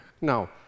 Now